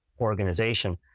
organization